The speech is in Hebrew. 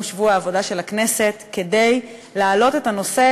שבוע העבודה של הכנסת כדי להעלות את הנושא.